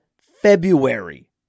February